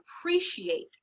appreciate